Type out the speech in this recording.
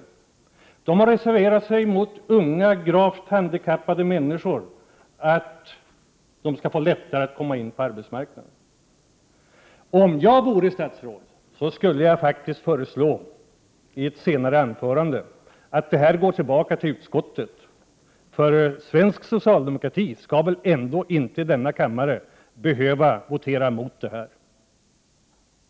Socialdemokraterna har reserverat sig mot att unga, gravt handikappade människor skall få lättare att komma in på arbetsmarknaden. Om jag vore statsråd, skulle jag faktiskt i ett senare anförande föreslå att ärendet går tillbaka till utskottet, för svensk socialdemokrati skall väl ändå inte i denna kammare behöva votera mot en sådan sak.